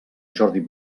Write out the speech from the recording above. jordi